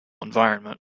environment